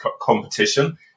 competition